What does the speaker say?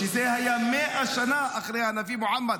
שהיה 100 שנה אחרי הנביא מוחמד.